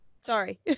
Sorry